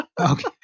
Okay